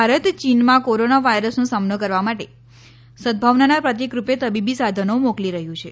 ભારત ચીનમાં કોરોના વાયરસનો સામનો કરવા માટે સદભાવનાના પ્રતિકરૂપે તબીબી સાધનો મોકલી રહ્યું છે